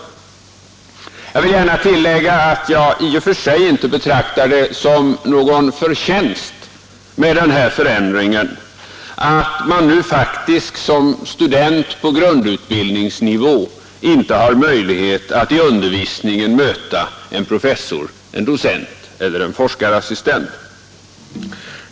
Jag vill gärna tillägga att jag i och för sig inte betraktar det som någon förtjänst med den här förändringen, att man nu faktiskt som student på grundutbildningsnivå inte har möjlighet att i undervisningen möta en professor, en docent eller en forskarassistent.